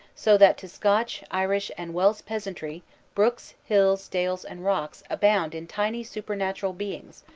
so that to scotch, irish, and welsh peasantry brooks, hills, dales, and rocks abound in tiny supernatural beings,